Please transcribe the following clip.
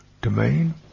domain